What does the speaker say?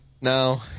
No